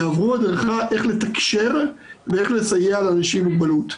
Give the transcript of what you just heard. יעברו הדרכה איך לתקשר ואיך לסייע לאנשים עם מוגבלות.